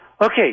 Okay